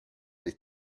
des